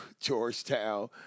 Georgetown